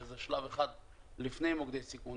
שזה שלב אחד לפני מוקדי סיכון.